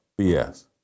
BS